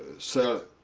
sell